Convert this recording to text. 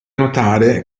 notare